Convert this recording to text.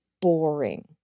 boring